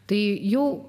tai jau